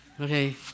Okay